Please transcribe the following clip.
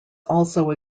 also